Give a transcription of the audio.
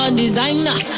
designer